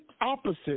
opposite